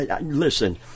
listen